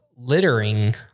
Littering